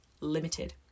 limited